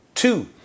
Two